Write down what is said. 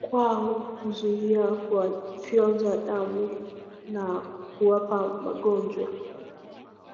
kwa okuzuia kwa fyonzwa damu na kuwapa magonjwa.